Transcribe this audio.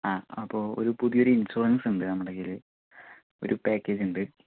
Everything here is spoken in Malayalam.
ആ അപ്പോൾ ഒരു പുതിയ ഇൻഷൂറൻസുണ്ട് നമ്മുടെ കയ്യില് ഒരു പാക്കേജുണ്ട്